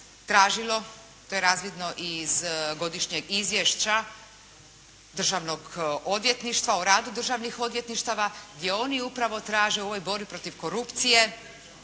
tražilo, to je razvidno i iz godišnjeg izvješća državnog odvjetništva o radu državnih odvjetništava gdje oni upravo traže u ovoj borbi protiv korupcije